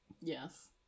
Yes